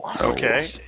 Okay